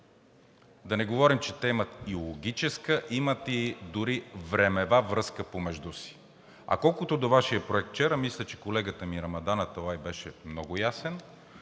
Да не говорим, че те имат и логическа, имат и дори времева връзка помежду си. А колкото до Вашия проект вчера, мисля, че колегата ми Рамадан Аталай беше много ясен.